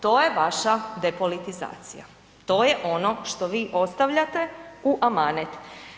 To je vaša depolitizacija, to je ono što vi ostavljate u amanet.